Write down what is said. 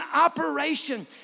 operation